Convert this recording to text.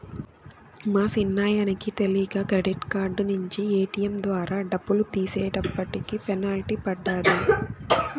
మా సిన్నాయనకి తెలీక క్రెడిట్ కార్డు నించి ఏటియం ద్వారా డబ్బులు తీసేటప్పటికి పెనల్టీ పడ్డాది